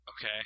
Okay